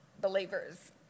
believers